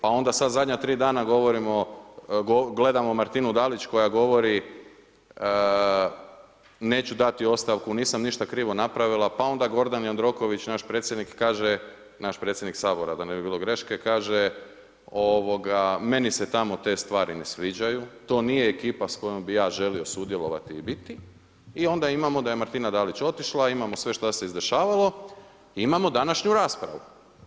Pa onda sada zadnja tri dana gledamo Martinu DAlić koja govori, neću dati ostavku nisam ništa krivo napravila, pa onda Gordan Jandroković, naš predsjednik, naš predsjednik Sabora da ne bi bilo greške kaže, kaže meni se tamo te stvari ne sviđaju, to nije ekipa s kojom bi ja želio sudjelovati i biti i onda imamo da je Martina Dalić otišla, imamo sve šta se izdešavalo i imamo današnju raspravu.